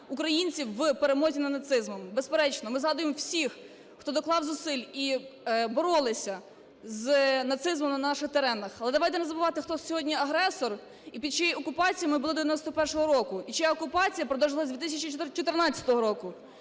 українців в перемозі над нацизмом. Безперечно, ми згадуємо всіх, хто доклав зусиль і боролися з нацизмом на наших теренах, але давайте не забувати, хто сьогодні агресор і під чиєю окупацією ми були 91-го року, і чия окупація продовжилась 2014 року.